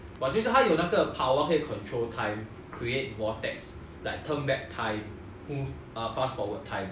我就是他有那个 power 会 control time create vortex like turn back time mo~ fast forward time